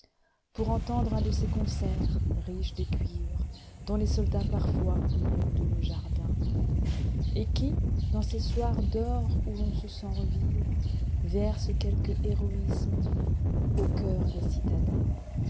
pour entendre un de ces concerts riches de cuivre dont les soldats parfois inondent nos jardins et qui dans ces soirs d'or où l'on se sent revivre versent quelque héroïsme au cœur des citadins